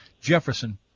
Jefferson